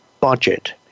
budget